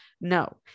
No